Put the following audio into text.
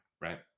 Right